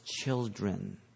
children